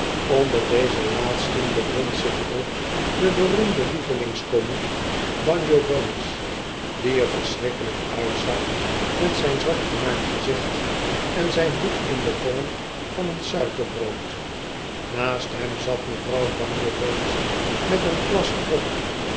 onder deze laatsten bevond zich ook de beroemde lievelingkomiek banjo bones die er verschrikkelijk uitzag met zijn zwart gemaakt gezicht en zijn hoed in den vorm van een suiker brood naast hem zat mevrouw banjo bones met een glas grog